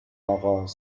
آغاز